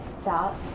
Stop